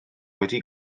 wedi